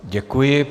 Děkuji.